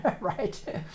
right